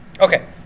Okay